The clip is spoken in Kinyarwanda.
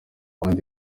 abandi